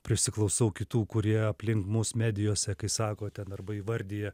prisiklausau kitų kurie aplink mus medijose kai sako ten arba įvardija